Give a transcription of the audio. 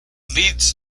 leads